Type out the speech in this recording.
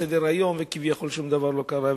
לסדר-היום וכביכול שום דבר לא קרה.